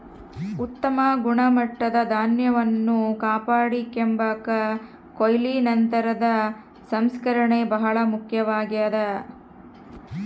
ಉತ್ತಮ ಗುಣಮಟ್ಟದ ಧಾನ್ಯವನ್ನು ಕಾಪಾಡಿಕೆಂಬಾಕ ಕೊಯ್ಲು ನಂತರದ ಸಂಸ್ಕರಣೆ ಬಹಳ ಮುಖ್ಯವಾಗ್ಯದ